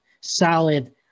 solid